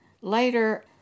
Later